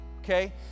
Okay